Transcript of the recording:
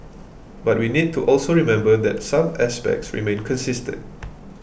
but we need to also remember that some aspects remain consistent